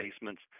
basements